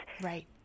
Right